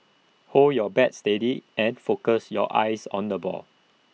hold your bat steady and focus your eyes on the ball